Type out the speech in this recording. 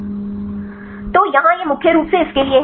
तो यहाँ यह मुख्य रूप से इस के लिए है